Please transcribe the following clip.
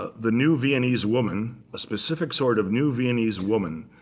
ah the new viennese woman, a specific sort of new viennese woman,